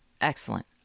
Excellent